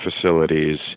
facilities